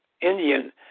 Indian